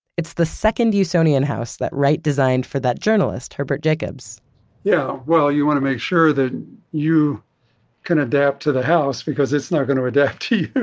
it's the second usonian house that wright designed for that journalist, herbert jacobs yeah. well, you want to make sure that you can adapt to the house because it's not going to adapt to